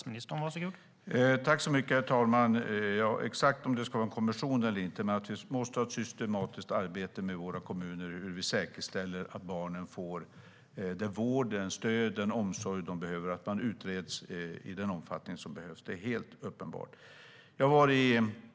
Herr talman! Om det ska vara exakt en kommission eller inte får vi se, men vi måste ha ett systematiskt arbete med våra kommuner om hur vi ska säkerställa att barnen får den vård, det stöd, den omsorg de behöver, så att de utreds i den omfattning som behövs. Det är helt uppenbart.